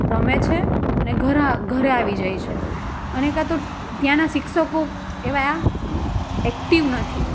રમે છે અને ઘરા ઘરે આવી જાય છે અને કાં તો ત્યાંના શિક્ષકો એવા એક્ટિવ નથી